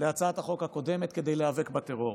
להצעת החוק הקודמת כדי להיאבק בטרור.